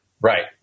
Right